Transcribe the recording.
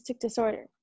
disorder